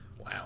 Wow